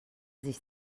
sich